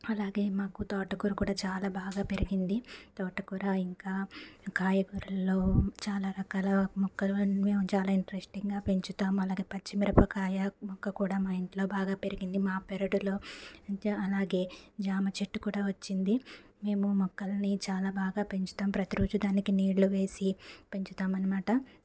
అలాగే మాకు తోటకూర కూడా చాలా బాగా పెరిగింది తోటకూర ఇంకా కాయగూరలో చాలా రకాల మొక్కలు మేము చాలా ఇంట్రెస్టింగ్ పెంచుతాం అలాగే పచ్చిమిరపకాయ మొక్క కూడా మా ఇంట్లో చాలా బాగా పెరిగింది మా పెరటిలో ఇంకా అలాగే జామ చెట్టు కూడా వచ్చింది మేము మొక్కల్ని చాలా బాగా పెంచుతాం ప్రతిరోజు దానికి నీళ్లు వేసి పెంచుతాం అనమాట